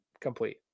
complete